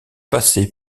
passer